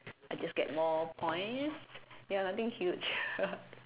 I just get more points ya nothing huge